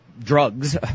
drugs